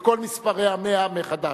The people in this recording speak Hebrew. לכל מספרי ה-100 מחדש.